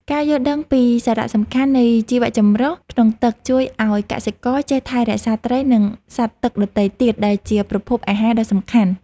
ការយល់ដឹងពីសារៈសំខាន់នៃជីវចម្រុះក្នុងទឹកជួយឱ្យកសិករចេះថែរក្សាត្រី និងសត្វទឹកដទៃទៀតដែលជាប្រភពអាហារដ៏សំខាន់។